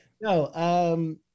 No